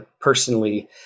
personally